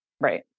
right